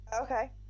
Okay